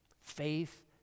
Faith